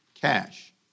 Cash